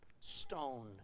stone